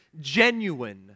genuine